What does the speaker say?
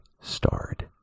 starred